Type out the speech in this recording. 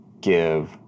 Give